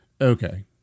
Okay